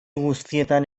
guztietan